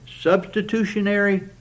substitutionary